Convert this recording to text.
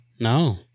No